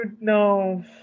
no